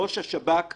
ראש השב"כ היום,